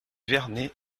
vernay